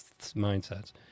mindsets